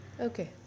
Okay